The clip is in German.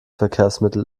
verkehrsmittel